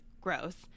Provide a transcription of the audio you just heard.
gross